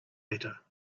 better